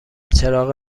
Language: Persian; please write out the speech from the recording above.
چراغ